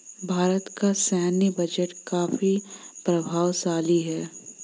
भारत का सैन्य बजट काफी प्रभावशाली है